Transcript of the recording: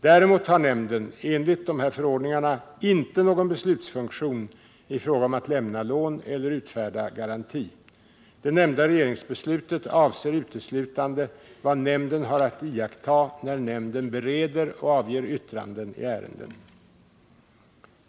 Däremot har nämnden enligt dessa förordningar inte någon beslutsfunktion i fråga om att lämna lån eller utfärda garanti. Det nämnda regeringsbeslutet avser uteslutande vad nämnden har att iaktta när nämnden bereder och avger yttranden i ärenden.